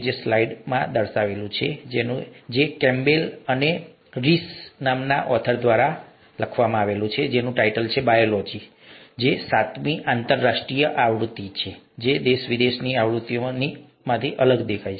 તે કેમ્પબેલ અને રીસ દ્વારા "બાયોલોજી" છે આ અહીં સાતમી આંતરરાષ્ટ્રીય આવૃત્તિ છે દેશ વિશિષ્ટ આવૃત્તિઓ અલગ દેખાઈ શકે છે